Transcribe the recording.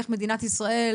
איך מדינת ישראל,